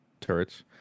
turrets